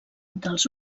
dels